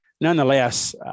nonetheless